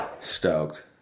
Stoked